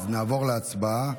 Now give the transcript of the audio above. אז נעבור להצבעה.